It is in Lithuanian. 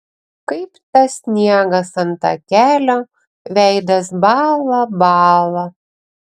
kaip tas sniegas ant takelio veidas bąla bąla